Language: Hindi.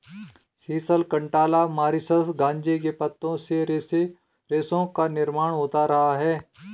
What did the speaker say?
सीसल, कंटाला, मॉरीशस गांजे के पत्तों से रेशों का निर्माण होता रहा है